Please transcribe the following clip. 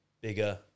bigger